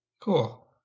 Cool